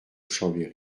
chambéry